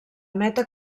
meta